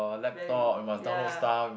ya